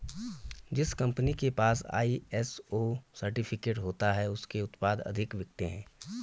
जिस कंपनी के पास आई.एस.ओ सर्टिफिकेट होता है उसके उत्पाद अधिक बिकते हैं